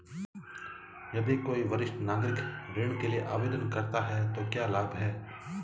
यदि कोई वरिष्ठ नागरिक ऋण के लिए आवेदन करता है तो क्या लाभ हैं?